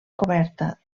coberta